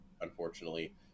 unfortunately